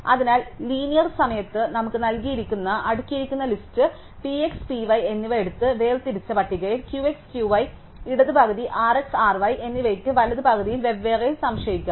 അതിനാൽ ലീനിയർ സമയത്ത് നമുക്ക് നൽകിയിരിക്കുന്ന അടുക്കിയിരിക്കുന്ന list P x P y എന്നിവ എടുത്ത് വേർതിരിച്ച പട്ടികയിൽ Q x Q y ഇടത് പകുതി R x R y എന്നിവയ്ക്ക് വലത് പകുതിയിൽ വെവ്വേറെ സംശയിക്കാം